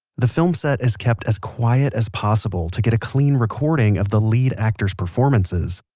the film set is kept as quiet as possible to get a clean recording of the lead actors' performances.